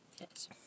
Yes